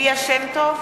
ליה שמטוב,